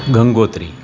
Gangotri